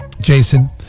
Jason